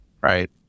Right